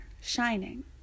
shining